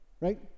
Right